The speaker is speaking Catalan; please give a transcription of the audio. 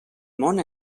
món